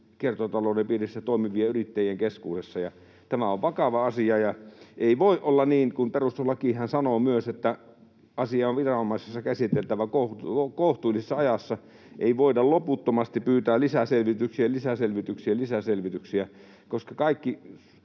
kiertotalouden piirissä toimivien yrittäjien keskuudessa. Tämä on vakava asia, ja kun perustuslakihan sanoo myös, että asia on viranomaisissa käsiteltävä kohtuullisessa ajassa, niin ei voida loputtomasti pyytää lisäselvityksien lisäselvityksien lisäselvityksiä, koska kaikki